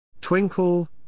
Twinkle